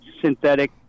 synthetic